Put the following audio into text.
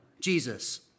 Jesus